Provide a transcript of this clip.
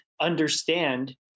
understand